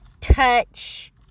touch